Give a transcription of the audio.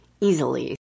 easily